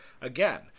Again